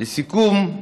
לסיכום,